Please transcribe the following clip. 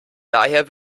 daher